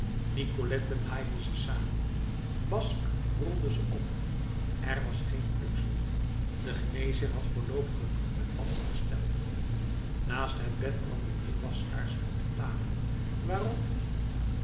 nicolette naaide ze samen basque rolde ze op er was geen pluksel de geneesheer had voorloopig het bloed met watten gestelpt naast het bed brandden drie waskaarsen op een tafel waarop de